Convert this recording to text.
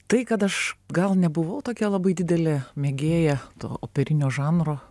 tai kad aš gal nebuvau tokia labai didelė mėgėja to operinio žanro